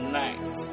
night